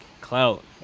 clout